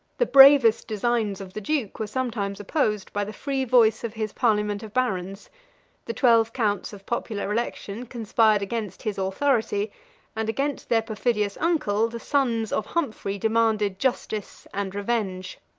the bravest designs of the duke were sometimes opposed by the free voice of his parliament of barons the twelve counts of popular election conspired against his authority and against their perfidious uncle, the sons of humphrey demanded justice and revenge.